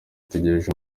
itegereje